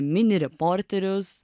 mini reporterius